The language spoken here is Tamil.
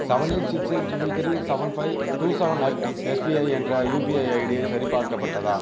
seven eight six eight triple three seven five two seven at SBI என்ற யூபிஐ ஐடியை சரிபார்க்கப்பட்டதா